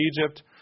Egypt